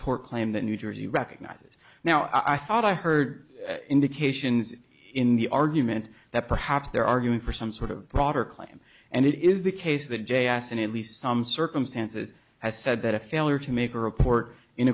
tort claim that new jersey recognizes now i thought i heard indications in the argument that perhaps they're arguing for some sort of broader claim and it is the case that j s in at least some circumstances has said that a failure to make a report in